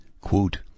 quote